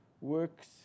works